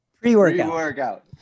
pre-workout